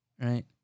Right